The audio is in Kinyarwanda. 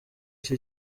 iki